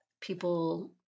people